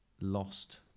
lost